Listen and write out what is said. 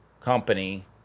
company